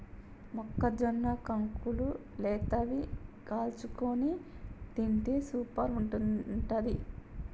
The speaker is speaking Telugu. మొక్కజొన్న కంకులు లేతవి కాల్చుకొని తింటే సూపర్ ఉంటది